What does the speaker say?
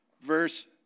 verse